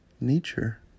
nature